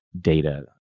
data